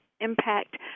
impact